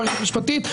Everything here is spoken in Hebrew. מערכת משפטית,